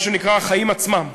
מה שנקרא החיים עצמם.